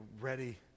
ready